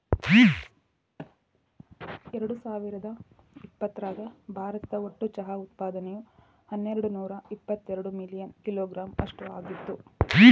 ಎರ್ಡಸಾವಿರದ ಇಪ್ಪತರಾಗ ಭಾರತ ಒಟ್ಟು ಚಹಾ ಉತ್ಪಾದನೆಯು ಹನ್ನೆರಡನೂರ ಇವತ್ತೆರಡ ಮಿಲಿಯನ್ ಕಿಲೋಗ್ರಾಂ ಅಷ್ಟ ಆಗಿತ್ತು